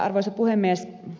arvoisa puhemies